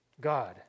God